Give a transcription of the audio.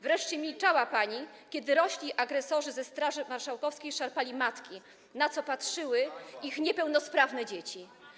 Wreszcie milczała pani, kiedy rośli agresorzy ze Straży Marszałkowskiej szarpali matki, na co patrzyły ich niepełnosprawne dzieci.